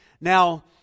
Now